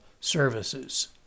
services